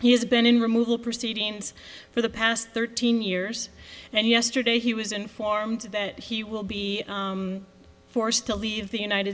he has been in removal proceedings for the past thirteen years and yesterday he was informed that he will be forced to leave the united